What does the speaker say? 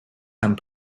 some